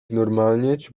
znormalnieć